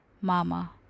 Mama